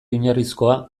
oinarrizkoa